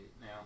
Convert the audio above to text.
now